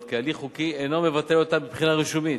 כהליך חוקי אינו מבטל אותן מבחינה רישומית,